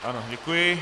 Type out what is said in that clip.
Ano, děkuji.